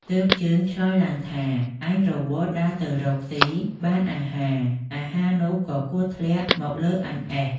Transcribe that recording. ទើបជើងឆ្លើយឡើងថា អញរវល់ដើរទៅរកស៊ីបានអាហារ ៗ នោះក៏គួរធ្លាក់ មកលើអញអេះ។